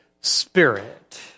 spirit